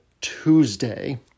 Tuesday